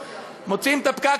מוציאים את הפקק,